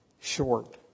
short